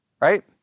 Right